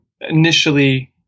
initially